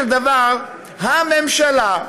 שהממשלה,